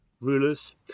rulers